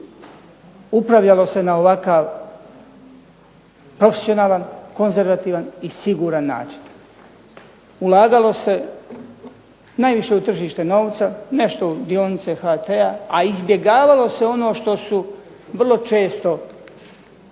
upravljalo se na ovakav profesionalan, konzervativan, i siguran način. Ulagalo se najviše u tržište novca, nešto u dionice HT-a, a izbjegavalo se ono što su vrlo često